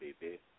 baby